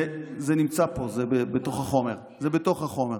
זה נמצא פה, זה בתוך החומר.